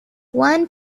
one